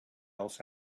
else